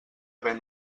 haver